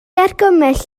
argymell